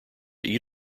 eat